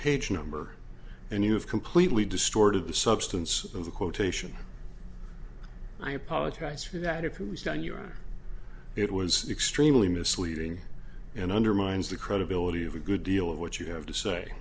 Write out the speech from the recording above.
page number and you have completely distorted the substance of the quotation i apologize for that if it was done your honor it was extremely misleading and undermines the credibility of a good deal of what you have to say